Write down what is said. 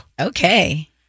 Okay